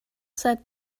said